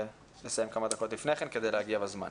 לסיים כמה דקות לפני כן כדי להגיע בזמן.